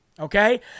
Okay